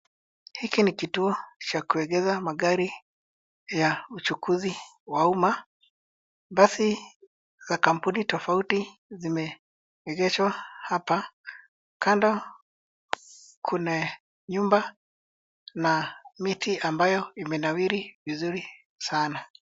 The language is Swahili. Hiki ni kituo cha kuegesha magari ya uchukuzi wa umma. Basi za kampuni tofauti zimeegeshwa hapa. Kando Kuna nyumba na miti ambayo imenawiri vizuri sana.